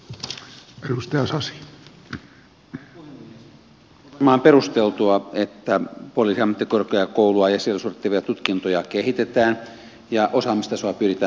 on varmaan perusteltua että poliisiammattikorkeakoulua ja siellä suoritettavia tutkintoja kehitetään ja osaamistasoa pyritään nostamaan